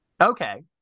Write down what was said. okay